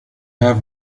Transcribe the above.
have